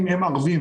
מהערבים